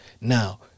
Now